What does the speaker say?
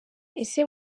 ese